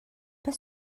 pas